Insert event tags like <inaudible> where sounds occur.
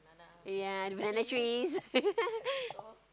ya the banana trees <laughs>